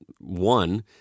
one